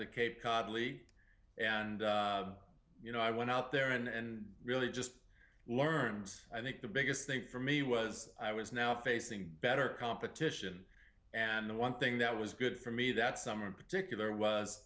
the cape cod league and you know i went out there in and really just learned i think the biggest thing for me was i was now facing better competition and the one thing that was good for me that summer in particular was